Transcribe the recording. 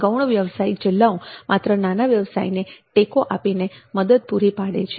ગૌણ વ્યવસાયિક જિલ્લાઓ માત્ર નાના વ્યવસાયને ટેકો આપીને મદદ પૂરી પાડે છે